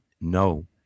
No